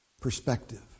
Perspective